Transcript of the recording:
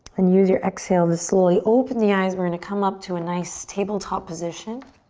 and use your exhale to slowly open the eyes. we're gonna come up to a nice tabletop position.